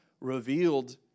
revealed